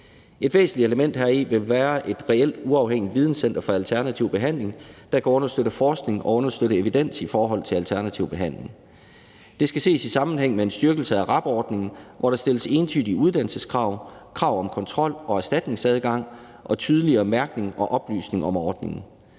Et væsentligt element heri vil være et reelt uafhængigt videncenter for alternativ behandling, der også kan understøtte forskning og understøtte evidens i forhold til alternativ behandling. Det skal ses i sammenhæng med en styrkelse af RAB-ordningen, hvor der stilles entydige uddannelseskrav og krav om kontrol og erstatningsadgang og tydeligere mærkning og oplysning om ordningen.